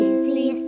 see